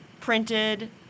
printed